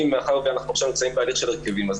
מאחר ואנחנו עכשיו נמצאים בהליך של הרכבים,